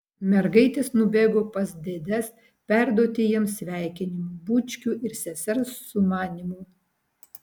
mergaitės nubėgo pas dėdes perduoti jiems sveikinimų bučkių ir sesers sumanymų